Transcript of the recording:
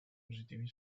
positivi